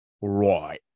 right